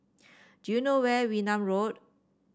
do you know where Wee Nam Road